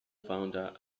founder